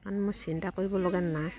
কাৰণে মোৰ চিন্তা কৰিব লগা নাই